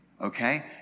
Okay